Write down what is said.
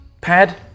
pad